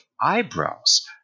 eyebrows